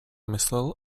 myslel